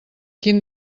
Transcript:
quin